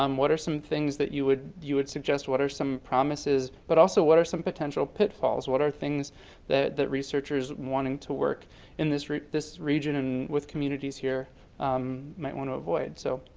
um what are some things that you would you would suggest? what are some promises but also what are some potential pitfalls. what are things that that researchers wanting to work in this this region and with communities here um might want to avoid, so